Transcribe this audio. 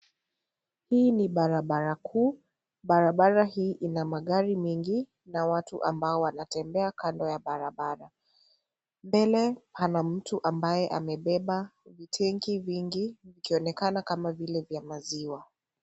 Hii ni barabara kuu. Barabara hii ina magari mengi na watu ambao wanatembea kando ya barabara. Mbele pana mtu ambaye amebeba vitenki vingi vikionekana kama vile vya maziwa.